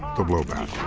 the blowback.